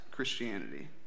Christianity